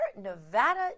Nevada